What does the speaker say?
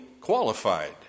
qualified